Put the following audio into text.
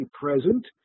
present